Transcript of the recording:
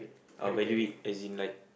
uh value it as in like